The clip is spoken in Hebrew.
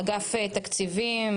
אגף תקציבים,